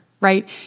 right